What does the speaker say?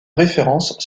référence